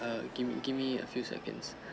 um give me give me a few seconds